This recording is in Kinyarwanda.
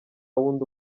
wundi